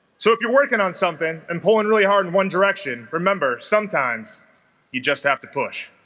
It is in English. so if you're working on something and pulling really hard in one direction remember sometimes you just have to push